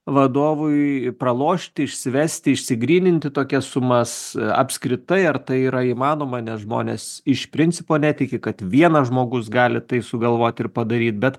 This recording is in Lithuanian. vadovui pralošti išsivesti išsigryninti tokias sumas apskritai ar tai yra įmanoma nes žmonės iš principo netiki kad vienas žmogus gali tai sugalvoti ir padaryt bet